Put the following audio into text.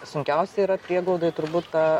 sunkiausia yra prieglaudoj turbūt ta